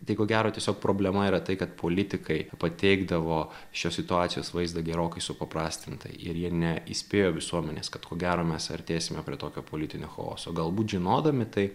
tai ko gero tiesiog problema yra tai kad politikai pateikdavo šios situacijos vaizdą gerokai supaprastinta ir jie ne įspėjo visuomenės kad ko gero mes artėsime prie tokio politinio chaoso galbūt žinodami tai